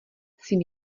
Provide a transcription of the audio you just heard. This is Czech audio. syn